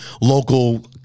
local